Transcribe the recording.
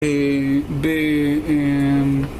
ב..